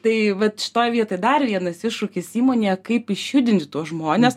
tai vat šitoj vietoj dar vienas iššūkis įmonėje kaip išjudinti tuos žmones